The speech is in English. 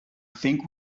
think